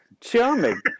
charming